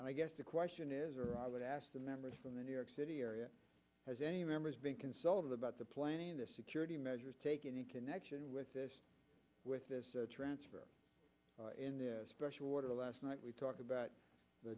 i guess the question is or i would ask the members from the new york city area has any members been consulted about the planning the security measures taken in connection with this with this transfer in the special order last night we talked about the